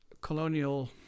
colonial